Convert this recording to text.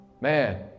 Man